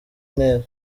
ntera